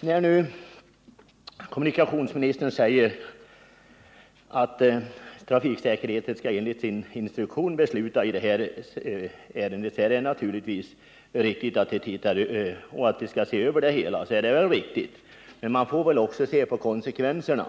När nu kommunikationsministern säger att trafiksäkerhetsverket enligt sin instruktion skall besluta i detta ärende och se över det hela, så är det naturligtvis riktigt. Men man måste också se på konsekvenserna.